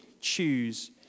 Choose